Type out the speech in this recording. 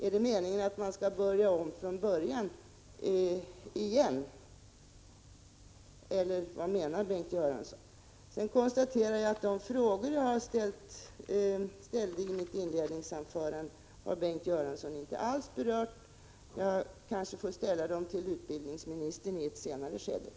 Är det meningen att man skall börja om från början, eller vad menar Bengt Göransson? Därefter vill jag konstatera att de frågor jag har ställt i mitt inledningsanförande har Bengt Göransson inte alls berört. Jag kanske får ställa dem till utbildningsministern i ett senare skede.